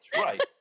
right